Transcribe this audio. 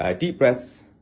ah deep breaths,